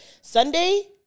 Sunday